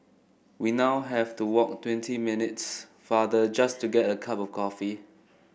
we now have to walk twenty minutes farther just to get a cup of coffee